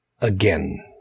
again